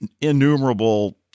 innumerable